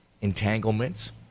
entanglements